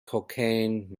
cocaine